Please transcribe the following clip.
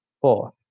Four